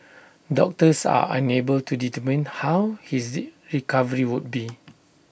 doctors are unable to determine how his recovery would be